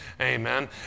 amen